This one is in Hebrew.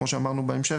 כמו שאמרנו,